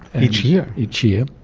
and each year? each year.